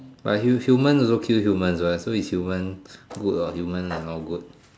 like hu~ human also kill humans what so is human good or human not good